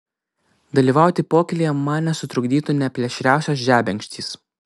dalyvauti pokylyje man nesutrukdytų nė plėšriausios žebenkštys